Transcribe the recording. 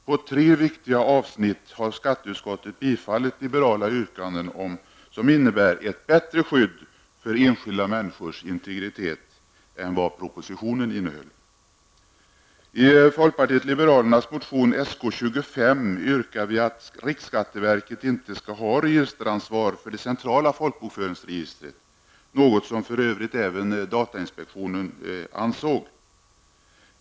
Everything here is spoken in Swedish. På tre viktiga avsnitt har skatteutskottet tillstyrkt liberala yrkanden som innebär ett bättre skydd för enskilda människors integritet än vad propositionen föreslår. I folkpartiet liberalernas motion Sk25 yrkar vi att riksskatteverket inte skall ha registeransvar för det centrala folkbokföringsregistret. Det är något som för övrigt även datainspektionen ansåg.